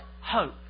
hope